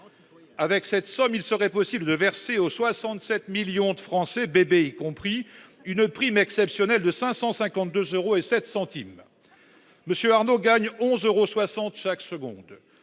Avec cette somme, il serait possible de verser aux 67 millions de Français- bébés compris -une prime exceptionnelle de 552 euros et 7 centimes. M. Arnault gagne 11,6 euros chaque seconde.